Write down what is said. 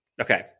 Okay